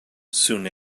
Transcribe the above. soon